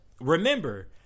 remember